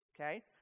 okay